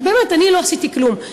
כי באמת אני לא עשיתי כלום,